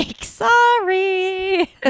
Sorry